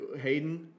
Hayden